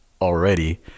Already